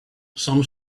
some